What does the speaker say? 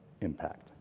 impact